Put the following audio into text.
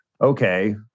okay